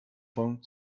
von